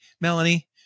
Melanie